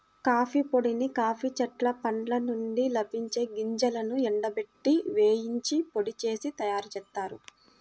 coffee పొడిని coffee చెట్ల పండ్ల నుండి లభించే గింజలను ఎండబెట్టి, వేయించి పొడి చేసి తయ్యారుజేత్తారు